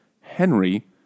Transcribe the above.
Henry